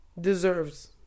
deserves